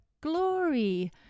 glory